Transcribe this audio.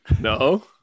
no